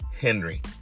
Henry